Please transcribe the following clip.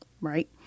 Right